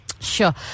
Sure